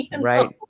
Right